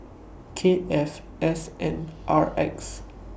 K F S N R X